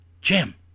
Jim